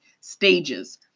stages